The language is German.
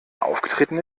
aufgetreten